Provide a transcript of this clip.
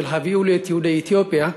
"הביאו לי את יהודי אתיופיה",